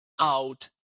out